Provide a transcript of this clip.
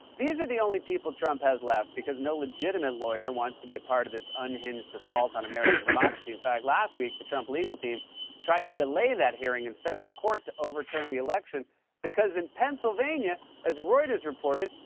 these are the only people trump has left because no legitimate lawyer wants to be a part of this unhinged assault on american democracy. in fact, last week the trump legal team tried to delay that hearing in federal court to overturn the election because in pennsylvania, as reuters reported,